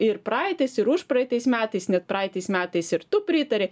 ir praeitais ir užpraeitais metais net praeitais metais ir tu pritari